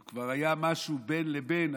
הוא כבר היה משהו בין לבין,